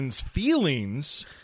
feelings